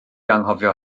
anghofio